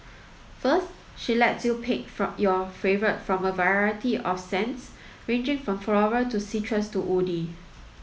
first she lets you pick for your favourite from a variety of scents ranging from floral to citrus to woody